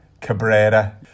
Cabrera